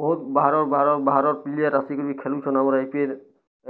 ବହୁତ୍ ବାହାରର୍ ବାହାରର୍ ବାହାରର୍ ପ୍ଲେୟର୍ ଆସିକି ବି ଖେଲୁଛନ୍ ଆମର୍ ଆଇ ପି ଏଲ୍